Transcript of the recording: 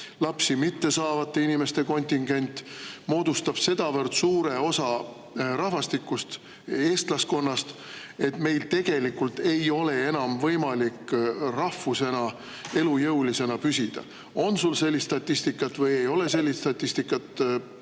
lapsi mittesaavate inimeste kontingent moodustab sedavõrd suure osa rahvastikust, eestlaskonnast, et meil tegelikult ei ole enam võimalik rahvusena elujõuline püsida. On sul sellist statistikat või ei ole sellist statistikat?